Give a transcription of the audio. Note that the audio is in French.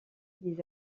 des